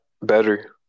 better